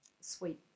sweet